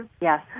Yes